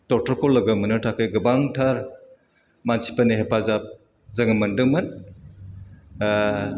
डक्टरखौ लोगो मोननो थाखाय गोबांथार मानसिफोदनि हेफाजाब जोङो मोनदोंमोन ओह